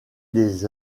des